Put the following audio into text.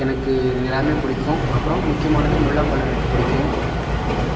எனக்கு இது எல்லாமே பிடிக்கும் அப்புறம் முக்கியமானது முலாம்பழம் எனக்கு பிடிக்கும்